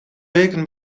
weken